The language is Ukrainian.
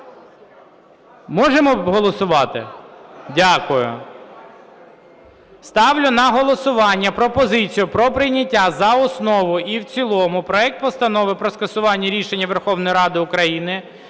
Можемо голосувати? Дякую. Ставлю на голосування пропозицію про прийняття за основу і в цілому проект Постанови про скасування рішення Верховної Ради України